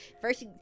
first